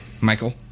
Michael